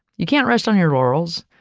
you can't rest on your laurels,